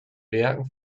werken